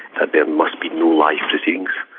that there must be no live proceedings.